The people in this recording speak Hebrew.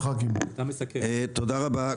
תודה רבה,